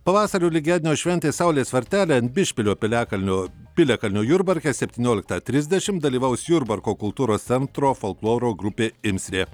pavasario lygiadienio šventė saulės varteliai ant bišpilio piliakalnio piliakalnio jurbarke septynioliktą trisdešim dalyvaus jurbarko kultūros centro folkloro grupė imsrė